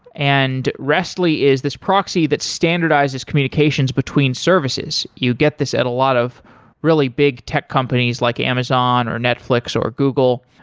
and rest li is this proxy that standardizes communications between services. you get this at a lot of really big tech companies like amazon, or netflix, or google,